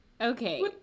Okay